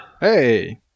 Hey